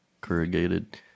corrugated